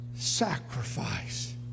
Sacrifice